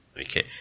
Okay